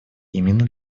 именно